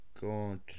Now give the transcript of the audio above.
god